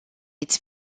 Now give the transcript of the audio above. its